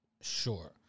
Sure